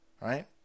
Right